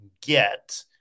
get